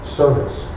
service